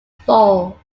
fall